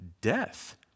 death